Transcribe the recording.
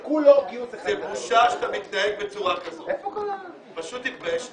זה בושה שאתה מתנהג בצורה כזאת, פשוט תתבייש לך.